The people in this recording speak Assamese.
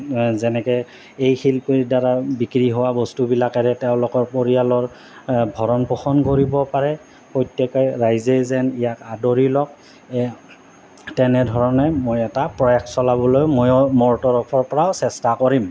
যেনেকে এই শিল্পীৰ দ্বাৰা বিক্ৰী হোৱা বস্তুবিলাকেৰে তেওঁলোকৰ পৰিয়ালৰ ভৰণ পোষণ কৰিব পাৰে প্ৰত্যেকে ৰাইজে যেন ইয়াক আদৰি লওক তেনেধৰণে মই এটা প্ৰয়াস চলাবলৈ ময়ো মোৰ তৰফৰ পৰাও চেষ্টা কৰিম